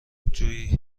جویی